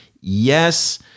yes